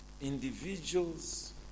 Individuals